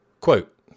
Quote